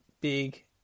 big